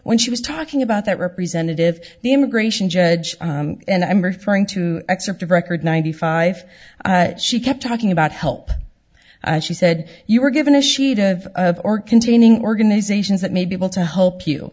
when she was talking about that representative the immigration judge and i'm referring to excerpt of record ninety five she kept talking about help she said you were given a sheet of of or containing organizations that may be able to hope you